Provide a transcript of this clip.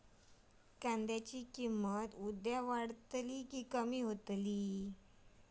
कांद्याची किंमत उद्या वाढात की कमी होईत?